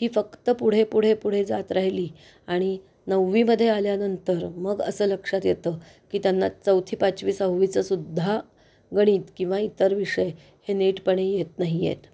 ही फक्त पुढे पुढे पुढे जात राहिली आणि नववीमध्ये आल्यानंतर मग असं लक्षात येतं की त्यांना चौथी पाचवी सहवीचंसुद्धा गणित किंवा इतर विषय हे नीटपणे येत नाही आहेत